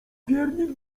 piernik